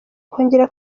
kongera